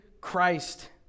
Christ